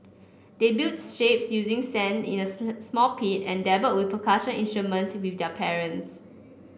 they built shapes using sand in a small pit and dabbled with percussion instruments with their parents